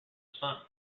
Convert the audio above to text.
sun